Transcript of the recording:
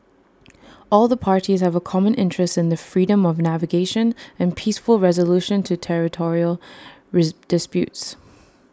all the parties have A common interest in the freedom of navigation and peaceful resolution to territorial disputes